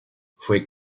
fue